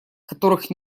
которых